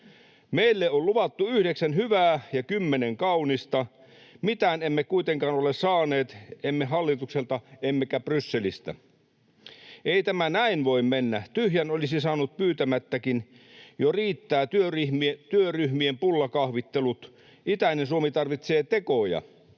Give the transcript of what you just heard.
Meille on luvattu yhdeksän hyvää ja kymmenen kaunista. Mitään emme kuitenkaan ole saaneet, emme hallitukselta emmekä Brysselistä. Ei tämä näin voi mennä — tyhjän olisi saanut pyytämättäkin. Jo riittää työryhmien pullakahvittelut. Itäinen Suomi tarvitsee tekoja.